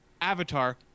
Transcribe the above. Avatar